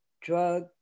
drug